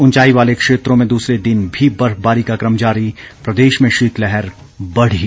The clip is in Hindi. ऊंचाई वाले क्षेत्रों में दूसरे दिन भी बर्फबारी का क्रम जारी प्रदेश में शीतलहर बढ़ी